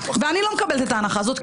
ואני לא מקבלת את ההנחה הזאת,